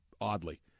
oddly